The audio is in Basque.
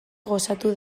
gozatu